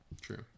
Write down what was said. True